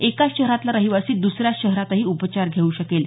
एका शहरातला रहिवासी दुसऱ्या शहरातही उपचार घेऊ शकेल